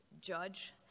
judge